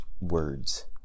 words